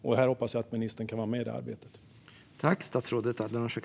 Jag hoppas att ministern kan vara med i det arbetet.